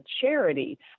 charity